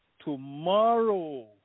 Tomorrow